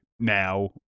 Now